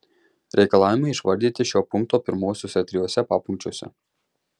reikalavimai išvardyti šio punkto pirmuosiuose trijuose papunkčiuose